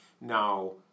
Now